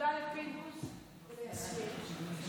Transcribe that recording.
ותודה לפינדרוס וליסמין.